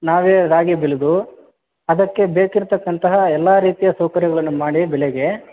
ನಾವೇ ರಾಗಿ ಬೆಳೆದು ಅದಕ್ಕೆ ಬೇಕಿರತಕ್ಕಂತಹ ಎಲ್ಲ ರೀತಿಯ ಸೌಕರ್ಯಗಳನ್ನು ಮಾಡಿ ಬೆಳೆಗೆ